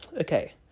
okay